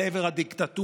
כי אתם דואגים רק לעצמכם,